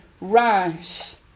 rise